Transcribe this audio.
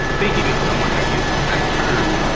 speaking of someone that uses that term,